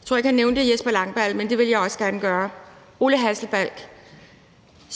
jeg tror ikke, at han nævnte Jesper Langballe, men det vil jeg gerne gøre – og Ole Hasselbalch,